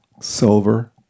silver